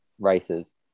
races